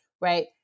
Right